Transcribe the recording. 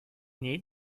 née